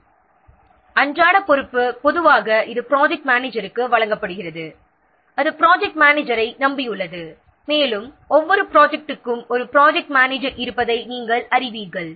பொதுவாக அன்றாட பொறுப்பு ஒரு ப்ராஜெக்ட் மனேஜருக்கு வழங்கப்படுகிறது அது ப்ராஜெக்ட் மேனேஜரை நம்பியுள்ளது மேலும் ஒவ்வொரு ப்ராஜெக்ட்டிற்கும் ஒரு ப்ராஜெக்ட் மேனேஜர் இருப்பதை நாம் அறிவோம்